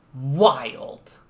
wild